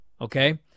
okay